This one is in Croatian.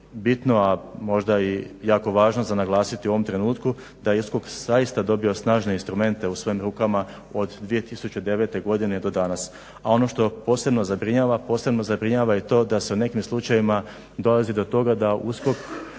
bitno, a možda i jako važno za naglasiti u ovom trenutku da je USKOK zaista dobio snažne instrumente u svojim rukama od 2009. godine do danas. A ono što posebno zabrinjava, posebno zabrinjava i to da u nekim slučajevima dolazi do toga da USKOK